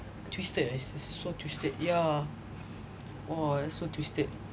twisted I see so twisted yeah !whoa! that's so twisted